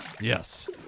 yes